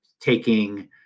taking